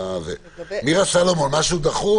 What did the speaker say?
מירה סלומון, משהו דחוף?